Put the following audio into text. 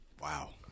Wow